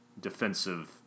defensive